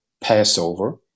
Passover